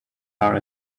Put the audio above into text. are